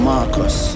Marcus